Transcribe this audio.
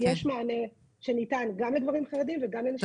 יש מענה שניתן גם לגברים חרדים וגם לנשים חרדיות.